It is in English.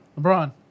LeBron